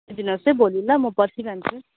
आइदिनुहोस् है भोलि ल म पर्खिरहन्छु